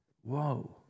Whoa